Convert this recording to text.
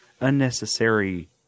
unnecessary